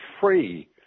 free